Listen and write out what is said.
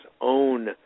own